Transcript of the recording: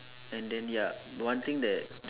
and then ya one thing that that